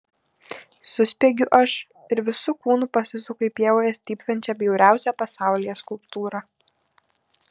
suspiegiu aš ir visu kūnu pasisuku į pievoje stypsančią bjauriausią pasaulyje skulptūrą